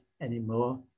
anymore